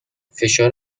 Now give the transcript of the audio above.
فشار